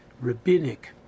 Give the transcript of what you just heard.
rabbinic